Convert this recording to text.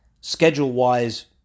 schedule-wise